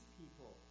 people